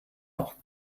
noch